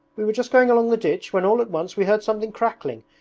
we were just going along the ditch when all at once we heard something crackling,